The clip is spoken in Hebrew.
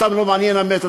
אותם לא מעניין המת,